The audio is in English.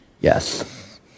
yes